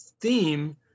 theme